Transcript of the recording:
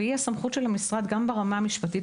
והוא הסמכות של המשרד ברמה המשפטית